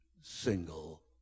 single